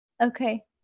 Okay